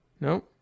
No